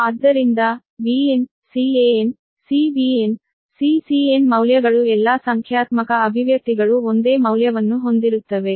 ಆದ್ದರಿಂದ bn Can Cbn Ccn ಮೌಲ್ಯಗಳು ಎಲ್ಲಾ ಸಂಖ್ಯಾತ್ಮಕ ಅಭಿವ್ಯಕ್ತಿಗಳು ಒಂದೇ ಮೌಲ್ಯವನ್ನು ಹೊಂದಿರುತ್ತವೆ